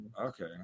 okay